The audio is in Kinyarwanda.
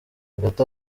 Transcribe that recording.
hagati